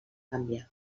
canviar